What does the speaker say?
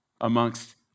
amongst